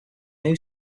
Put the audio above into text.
new